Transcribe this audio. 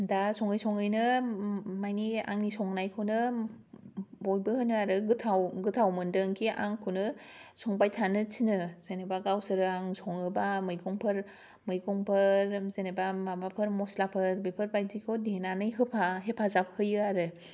दा सङै सङैनो माने आंनि संनायखौनो बयबो होनो आरो गोथाव गोथाव मोनदों खि आंखौनो संबाय थानो थिनो जेनेबा गावसोरा आं सङोबा मैगंफोर मैगंफोर जेनेबा माबाफोर मस्लाफोर बेफोरबायदिखौ देनानै होफा होफाजाब होयो आरो